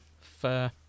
Fair